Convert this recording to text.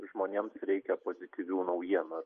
žmonėms reikia pozityvių naujienų